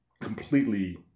completely